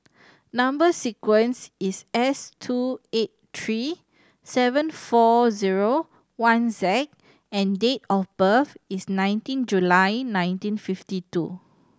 number sequence is S two eight three seven four zero one Z and date of birth is nineteen July nineteen fifty two